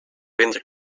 winter